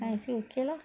then I say okay lah